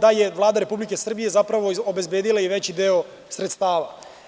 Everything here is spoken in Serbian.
da je Vlada Republike Srbije zapravo obezbedila veći deo sredstava.